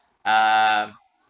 err